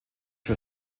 für